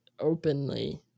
openly